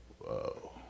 Whoa